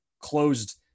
closed